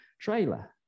trailer